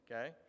Okay